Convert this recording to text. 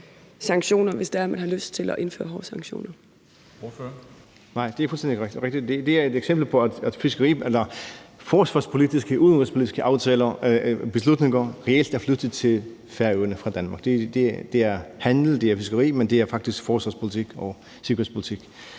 : Ordføreren. Kl. 21:18 Sjúrður Skaale (JF) : Nej, det er fuldstændig rigtigt. Det er et eksempel på, at forsvarspolitiske og udenrigspolitiske aftaler og beslutninger reelt er flyttet til Færøerne fra Danmark. Det er handel og fiskeri, men det er faktisk forsvarspolitik og sikkerhedspolitik.